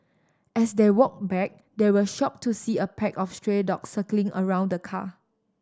as they walked back they were shocked to see a pack of stray dogs circling around the car